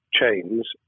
chains